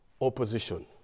opposition